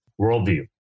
worldview